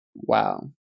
Wow